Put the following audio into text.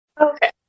Okay